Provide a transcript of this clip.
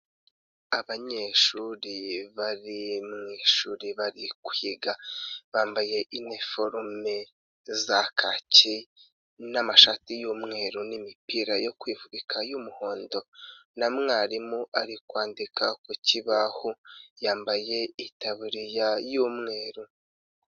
Abanyeshuri bari mu ishuri bari kwiga bambaye iniforume za kaki n'amashati y'umweru n'imipira yokwifuka y'umuhondo, na mwarimu ari kwandika ku kibaho, yambaye itaburi y'umweru.